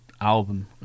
album